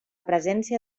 presència